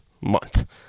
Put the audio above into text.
month